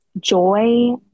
joy